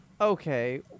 Okay